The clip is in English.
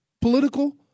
political